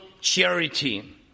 charity